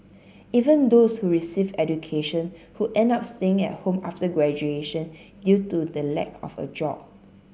even those who received education who end up staying at home after graduation due to the lack of a job